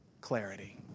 clarity